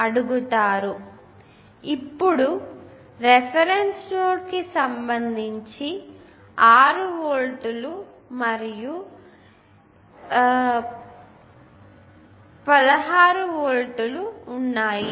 కాబట్టి ఇప్పుడు రిఫరెన్స్ నోడ్కు సంబంధించి 6 వోల్ట్లు మరియు అదేవిధంగా ఈ వోల్టేజ్ 16 వోల్ట్లు ఉన్నాయి